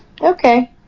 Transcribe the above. Okay